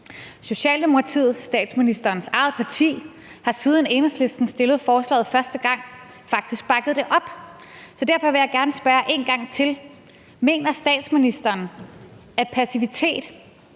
Socialdemokratiet, statsministerens eget parti, har, siden Enhedslisten fremsatte forslaget første gang, faktisk bakket det op. Så derfor vil jeg gerne spørge en gang til: Mener statsministeren, at passivitet